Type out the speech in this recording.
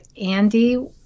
Andy